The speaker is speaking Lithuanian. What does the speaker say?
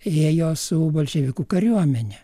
ėjo su bolševikų kariuomene